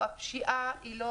כפי שנאמר פה, הענישה היא לא